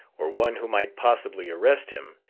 or one who might possibly arrest him,